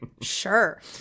sure